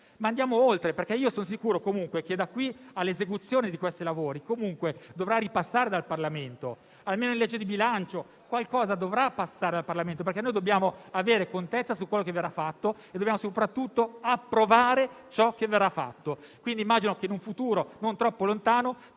Andiamo oltre perché sono sicuro che da qui all'esecuzione di questi lavori si dovrà ripassare dal Parlamento, almeno in sede di legge di bilancio. Qualcosa dovrà passare dal Parlamento perché dobbiamo avere contezza di ciò che verrà fatto e dobbiamo approvare soprattutto ciò che verrà fatto. Quindi, immagino che in un futuro non troppo lontano